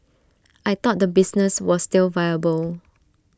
I thought the business was still viable